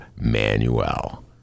Manuel